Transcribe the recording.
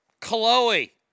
Chloe